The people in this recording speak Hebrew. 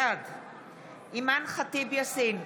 בעד אימאן ח'טיב יאסין,